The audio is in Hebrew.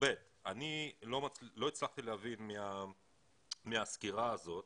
דבר שני, אני לא הצלחתי להבין מהסקירה הזאת